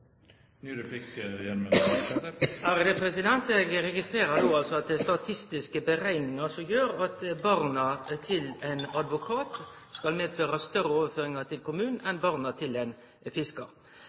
Eg registrerer no at det er statistiske berekningar som gjer at barna til ein advokat skal medføre større overføringar til